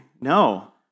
no